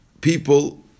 people